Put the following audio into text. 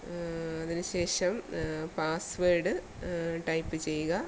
അതിന് ശേഷം password type ചെയ്യുക